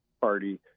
party